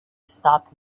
stopped